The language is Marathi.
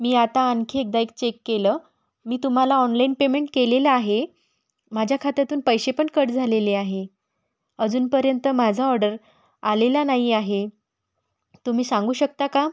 मी आता आणखी एकदा एक चेक केलं मी तुम्हाला ऑनलेन पेमेंट केलेलं आहे माझ्या खात्यातून पैसे पण कट झालेले आहे अजूनपर्यंत माझा ऑर्डर आलेला नाही आहे तुम्ही सांगू शकता का